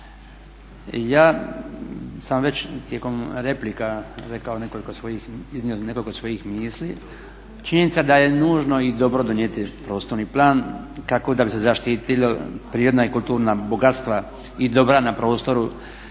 rekao nekoliko svojih, iznio nekoliko svojih misli. Činjenica da je nužno i dobro donijeti prostorni plan kako bi se zaštitila prirodna i kulturna bogatstva i dobra na prostoru